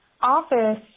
office